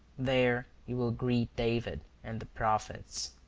there you will greet david and the prophets.